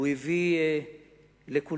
הוא הביא לכולם.